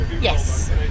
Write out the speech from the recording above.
yes